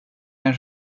den